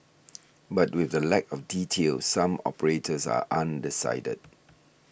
but with the lack of details some operators are undecided